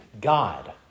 God